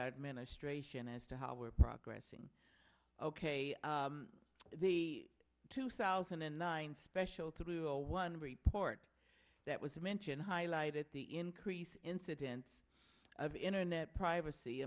administration as to how we're progress in ok the two thousand and nine special through a one report that was mentioned highlighted the increase incidence of internet privacy